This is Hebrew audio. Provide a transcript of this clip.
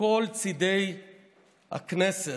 מכל צידי הכנסת,